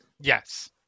Yes